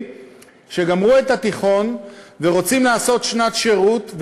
שגמרו את התיכון ורוצים לעשות שנת שירות,